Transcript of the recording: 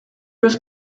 was